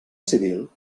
civil